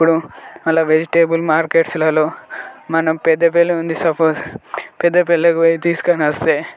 ఇప్పుడు అందులో వెజిటెబుల్ మార్కెట్స్లలో మనం పెద్ద పెళ్లి ఉంది సపోజ్ పెద్ద పెళ్ళికి పోయి తీసుకుని వస్తే